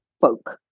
folk